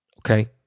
okay